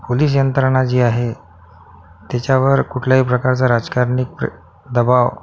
police यंत्रणा जी आहे त्याच्यावर कुठल्याही प्रकारचा राजकारणीक प्र दबाव